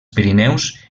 pirineus